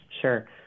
Sure